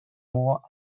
more